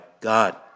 God